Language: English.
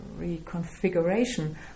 reconfiguration